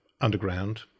underground